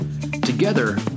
Together